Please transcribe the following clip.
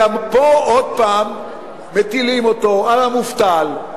אלא פה עוד פעם מטילים זאת על המובטל,